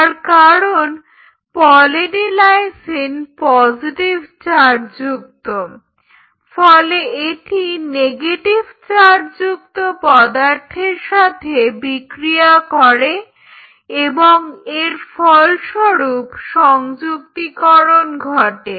তার কারণ poly D lysine positive চার্জযুক্ত ফলে এটি নেগেটিভ চার্জযুক্ত পদার্থের সাথে বিক্রিয়া করে এবং এর ফলস্বরূপ সংযুক্তিকরণ ঘটে